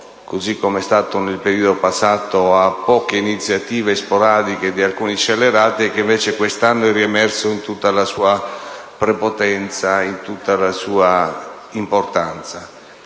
così come era avvenuto nel periodo passato, a poche iniziative sporadiche di alcuni scellerati, invece quest'anno è riemerso in tutta la sua prepotenza e in tutta la sua importanza.